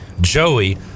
Joey